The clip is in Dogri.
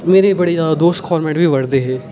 मेरे बड़े ज्यादा दोस्त गौरमेंट बी पढ़दे हे